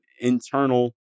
internal